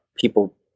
people